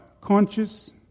conscious